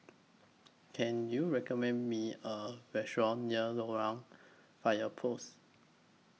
Can YOU recommend Me A Restaurant near Loyang Fire Post